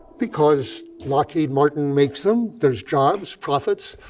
because lockheed martin makes them. there's jobs, profits,